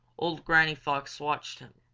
old granny fox watched him.